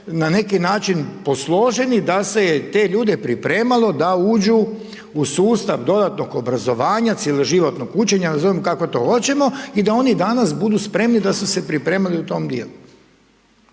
na neki način posloženi da se je te ljude pripremalo da uđu u sustav dodatnog obrazovanja, cjeloživotnog učenja, nazovimo to kako hoćemo i da oni danas budu spremni da su se pripremali u tom djelu.